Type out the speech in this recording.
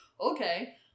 okay